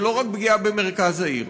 זה לא רק פגיעה במרכז העיר,